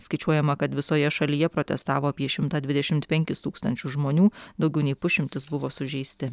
skaičiuojama kad visoje šalyje protestavo apie šimtą dvidešimt penkis tūkstančius žmonių daugiau nei pusšimtis buvo sužeisti